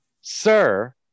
Sir